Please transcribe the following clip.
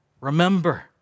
Remember